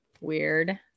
weird